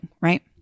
right